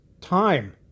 time